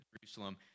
Jerusalem